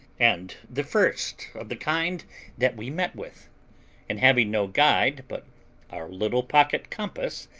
and the first of the kind that we met with and having no guide but our little pocket-compass,